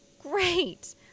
great